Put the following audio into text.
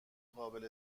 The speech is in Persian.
قابل